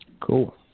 Cool